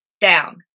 down